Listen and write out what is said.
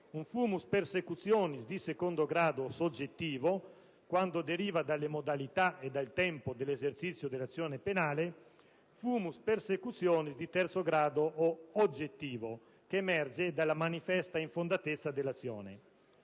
*fumus persecutionis* di secondo grado o soggettivo, quando deriva dalle modalità e dal tempo dell'esercizio dell'azione penale; *fumus persecutionis* di terzo grado o oggettivo, che emerge dalla manifesta infondatezza dell'azione.